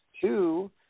Two